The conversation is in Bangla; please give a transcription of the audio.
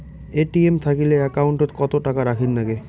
এ.টি.এম থাকিলে একাউন্ট ওত কত টাকা রাখীর নাগে?